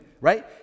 right